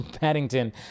Paddington